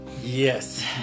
Yes